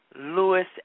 Lewis